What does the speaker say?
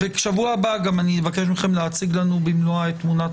בשבוע הבא אני אבקש מכם להציג לנו במלואה את תמונת